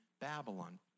Babylon